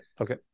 okay